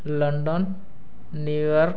London New York